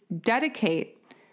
dedicate